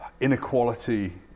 inequality